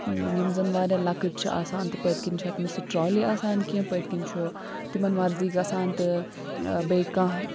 یِم زَن واریاہ لۅکٕٹۍ چھِ آسان تہٕ پٔتۍ کِنۍ چھِکھ نہٕ سُہ ٹرٛالِی آسان کیٚنٛہہ پٔتۍ کِنۍ چھُ تِمَن مَرضی گژھان تہٕ بیٚیہِ کانٛہہ